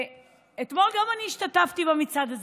אתמול גם אני השתתפתי במצעד הזה,